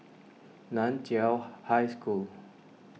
Nan Chiau High School